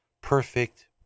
perfect